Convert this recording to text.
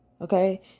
Okay